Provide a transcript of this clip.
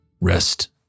Rest